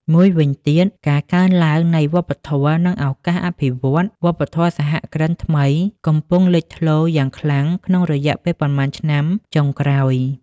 មួយវិញទៀតការកើនឡើងនៃវប្បធម៌ និងឱកាសអភិវឌ្ឍ វប្បធម៌សហគ្រិនថ្មីកំពុងលេចធ្លោយ៉ាងខ្លាំងក្នុងរយៈពេលប៉ុន្មានឆ្នាំចុងក្រោយ។